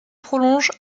prolongent